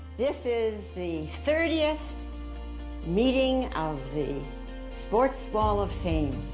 this is the thirtieth meeting of the sports wall of fame.